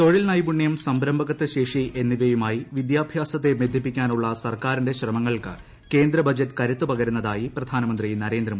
തൊഴിൽ നൈപുണ്യം സംരംഭകത്വ ശേഷി എന്നിവയുമായി വിദ്യാഭ്യാസത്തെ ബന്ധിപ്പിക്കാനുള്ള സർക്കാരിന്റെ ശ്രമങ്ങൾക്ക് കേന്ദ്ര ബജറ്റ് കരുത്ത് പകരുന്നതായി പ്രധാനമന്ത്രി നരേന്ദ്രമോദി